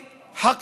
במוסריות,